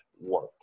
work